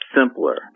simpler